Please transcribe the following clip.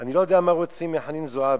אני לא יודע מה רוצים מחנין זועבי.